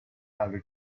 other